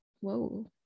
whoa